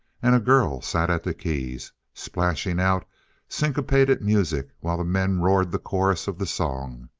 and a girl sat at the keys, splashing out syncopated music while the men roared the chorus of the song.